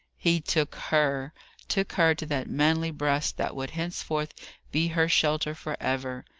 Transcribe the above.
he took her took her to that manly breast that would henceforth be her shelter for ever.